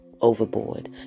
overboard